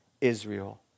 Israel